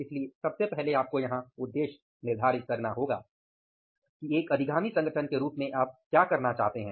इसलिए सबसे पहले आपको यहाँ उद्देश्य निर्धारित करना होगा कि एक अधिगामी संगठन के रूप में आप क्या करना चाहते हैं